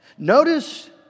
Notice